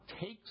takes